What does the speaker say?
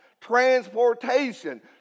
Transportation